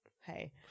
hey